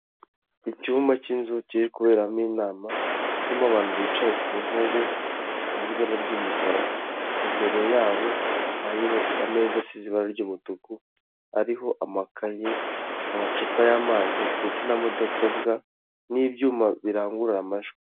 Icyumba cy'inzu kiri kuberamo inama kirimo abantu bicaye ku ntebe zisize ibara ry'umukara, imbere yabo hariho ameza asize ibara ry'umutuku ariho amakaye, amacupa y'amazi ndetse na mudasobwa n'ibyuma birangurura amajwi.